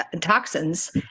toxins